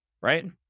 right